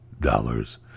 dollars